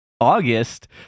August